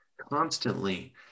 constantly